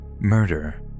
murder